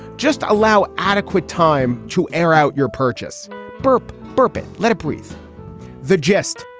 just allow adequate time to air out your purchase burp bearpit let-up with the gist.